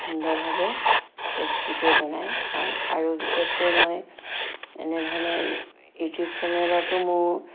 সুন্দৰভাৱে টেষ্টিকৈ বনাই খাওঁ আৰু বিশেষকৈ মই এনেধৰণে ইউটিউব চেনেলতো মোৰ